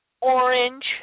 orange